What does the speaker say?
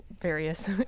various